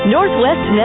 Northwest